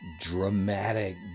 dramatic